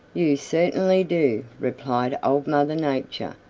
you certainly do, replied old mother nature.